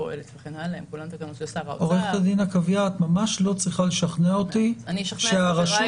פועלת כולן של- -- את ממש לא צריכה לשכנע אותי שהרשות